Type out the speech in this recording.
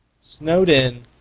Snowden